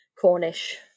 Cornish